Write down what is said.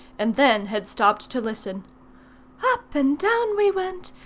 and then had stopped to listen up and down we went,